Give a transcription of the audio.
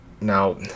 now